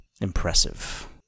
Impressive